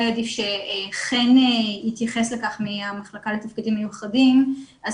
עדיף שחן מהמחלקה לתפקידים מיוחדים יתייחס לכך,